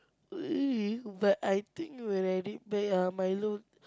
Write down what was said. really but I think when I read back ah Milo